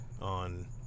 on